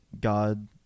God